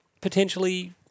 potentially